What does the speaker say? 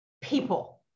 people